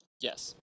Yes